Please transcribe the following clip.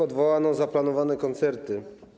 Odwołano zaplanowane koncerty.